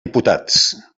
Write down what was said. diputats